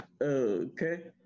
Okay